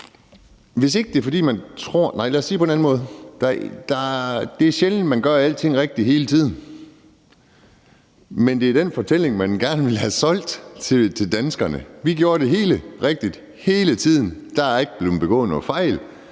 det er sjældent, at man gør alting rigtigt hele tiden, men det er den fortælling, de gerne vil have solgt til danskerne: Vi gjorde det hele rigtigt hele tiden; der er ikke blevet begået nogen fejl.